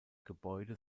gebäude